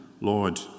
Lord